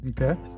Okay